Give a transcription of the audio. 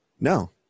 No